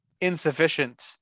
insufficient